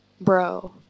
Bro